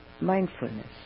mindfulness